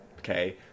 Okay